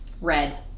Red